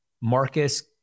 Marcus